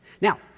Now